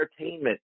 entertainment